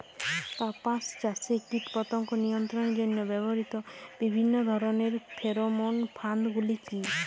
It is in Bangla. কাপাস চাষে কীটপতঙ্গ নিয়ন্ত্রণের জন্য ব্যবহৃত বিভিন্ন ধরণের ফেরোমোন ফাঁদ গুলি কী?